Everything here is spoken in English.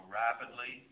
rapidly